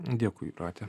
dėkui jūrate